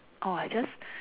orh I just